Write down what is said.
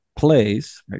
plays